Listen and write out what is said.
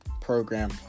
program